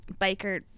biker